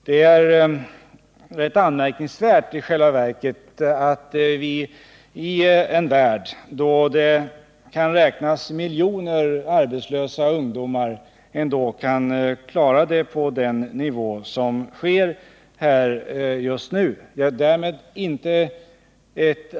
I själva verket är det rätt Nr 31 anmärkningsvärt att vi i en värld där det kan räknas miljoner arbetslösa ungdomar ändå kan klara den nuvarande nivån. Därmed